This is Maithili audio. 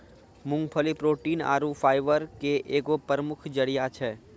मूंगफली प्रोटीन आरु फाइबर के एगो प्रमुख जरिया छै